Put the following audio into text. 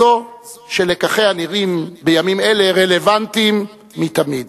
זו שלקחיה נראים בימים אלה רלוונטיים מתמיד.